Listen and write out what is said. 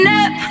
up